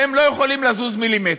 והם לא יכולים לזוז מילימטר.